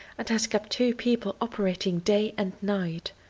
and has kept two people operating day and night.